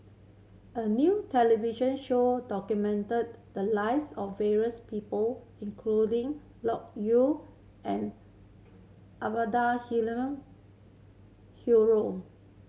a new television show documented the lives of various people including Loke Yew and Abdul Halim